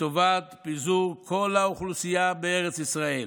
לטובת פיזור כל האוכלוסייה בארץ ישראל,